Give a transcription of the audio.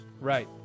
Right